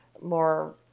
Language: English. more